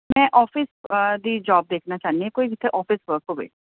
ਮੈਂ ਆਫਿਸ ਦੀ ਜੋਬ ਦੇਖਣਾ ਚਾਹੁੰਦੀ ਹਾਂ ਕੋਈ ਜਿੱਥੇ ਔਫਿਸ ਵਰਕ ਹੋਵੇ